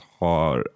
har